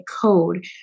code